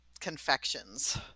confections